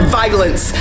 violence